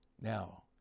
Now